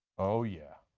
oh yeah,